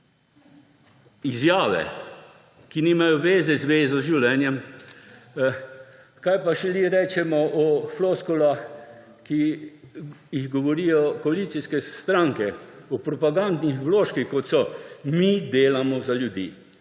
izjave, ki nimajo zveze z življenjem. Kaj šele rečemo o floskulah, ki jih govorijo koalicijske stranke, o propagandnih vložkih, kot so: mi delamo za ljudi,